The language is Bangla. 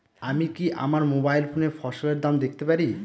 আমি কি আমার মোবাইল ফোনে ফসলের দাম দেখতে পারি?